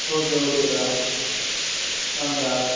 okay ஓகேக்கா ஆ கா